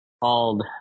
called